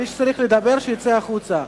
מי שצריך לדבר שיצא החוצה.